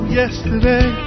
yesterday